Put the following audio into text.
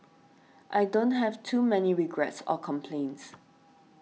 I don't have too many regrets or complaints